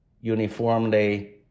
uniformly